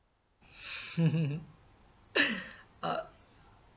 uh